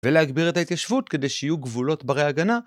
ולהגביר את ההתיישבות כדי שיהיו גבולות ברי הגנה.